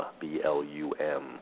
B-L-U-M